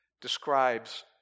describes